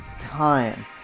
time